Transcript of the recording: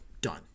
done